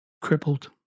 crippled